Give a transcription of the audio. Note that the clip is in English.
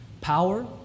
Power